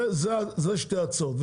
אלה שתי ההצעות.